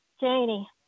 Janie